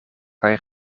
kaj